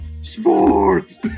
Sports